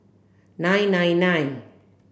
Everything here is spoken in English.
nine nine nine